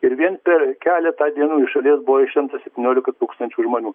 ir vien per keletą dienų iš šalies buvo ištremta septyniolika tūkstančių žmonių